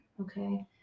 Okay